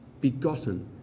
begotten